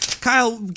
Kyle